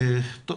טוב,